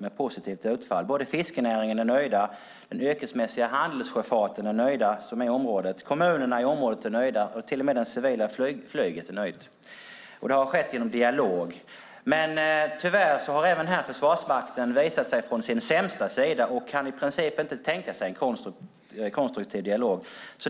med positivt utfall. Man är nöjd inom fiskenäringen. Man är nöjd inom den yrkesmässiga handelssjöfarten i området. Kommunerna i området är nöjda. Man är nöjd till och med inom det civila flyget. Det har skett genom dialog. Tyvärr har Försvarsmakten även här visat sig från sin sämsta sida och kan i princip inte tänka sig en konstruktiv dialog.